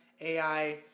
AI